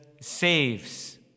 saves